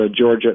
Georgia